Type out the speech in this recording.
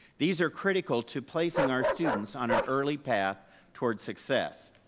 these are critical to placing our students on an early path towards success.